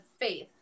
faith